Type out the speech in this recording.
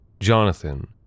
Jonathan